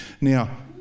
Now